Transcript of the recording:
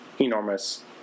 enormous